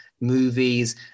movies